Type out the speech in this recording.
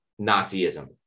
Nazism